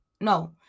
no